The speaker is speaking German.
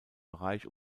bereich